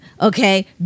Okay